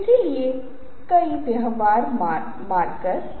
इसलिए दर्शकों की प्रतिक्रियाएँ मैंने आपको यहाँ फिर से बताई हैं